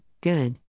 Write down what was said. good